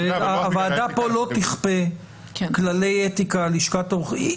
הוועדה לא תכפה כללי אתיקה על לשכת עורכי הדין.